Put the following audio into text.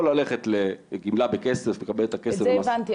או ללכת לגמלה בכסף לקבל את הכסף -- את זה הבנתי,